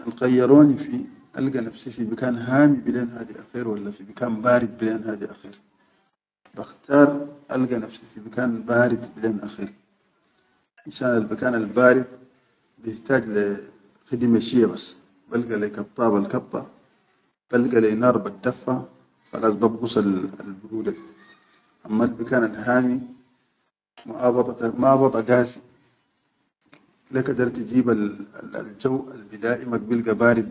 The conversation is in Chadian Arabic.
Kan khayyaroni fi alga nafsi fi bikan hami barid bilen hadi akher walla fi bikan fishan barid bilen hadi akher, bakhtar alga nafsi fi bikan barid akher, fishan albikan albarid, bihtaj le khidime shiya bas, balga lai kadda bal kadda, balga la naar baddaffa, khalas babgusal al buruda di, amma bikan alhami mabadata mabada gasi, le kadar tijibal al jaw al bilaʼimak bilga barid.